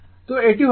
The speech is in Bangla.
তো এটি হতে পারে